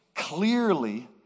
clearly